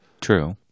True